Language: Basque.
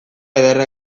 ederra